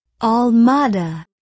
Almada